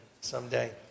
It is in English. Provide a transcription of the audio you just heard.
someday